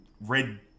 red